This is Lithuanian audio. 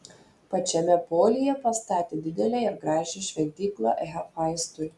pačiame polyje pastatė didelę ir gražią šventyklą hefaistui